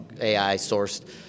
AI-sourced